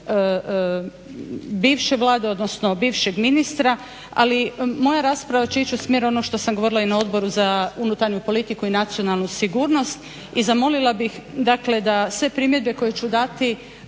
bivše Vlade odnosno bivšeg ministra, ali moja rasprava će ići u smjeru ono što sam govorila i na Odboru za unutarnju politiku i nacionalnu sigurnost i zamolila bih da sve primjedbe koje ću dati